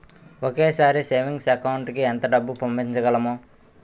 ఒకేసారి savings account కి ఎంత డబ్బు పంపించగలము?